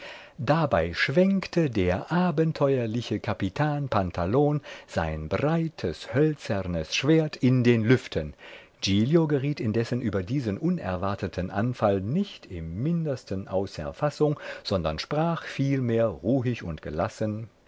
dabei schwenkte der abenteuerliche capitan pantalon sein breites hölzernes schwert in den lüften giglio geriet indessen über diesen unerwarteten anfall nicht im mindesten außer fassung sondern sprach vielmehr ruhig und gelassen